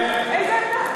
איזו עמדה?